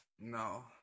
No